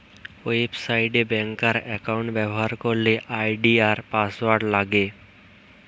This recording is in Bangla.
ওয়েবসাইট এ ব্যাংকার একাউন্ট ব্যবহার করলে আই.ডি আর পাসওয়ার্ড লাগে